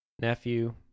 nephew